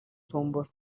tombola